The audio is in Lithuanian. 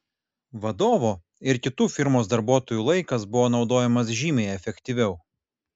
vadovo ir kitų firmos darbuotojų laikas buvo naudojamas žymiai efektyviau